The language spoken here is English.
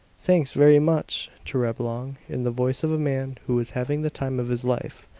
thanks very much, to reblong, in the voice of a man who was having the time of his life.